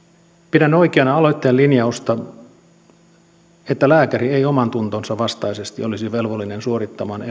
pidän oikeana aloitteen linjausta että lääkäri ei omantuntonsa vastaisesti olisi velvollinen suorittamaan